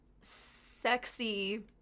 sexy